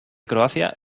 croacia